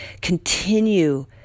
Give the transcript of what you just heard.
continue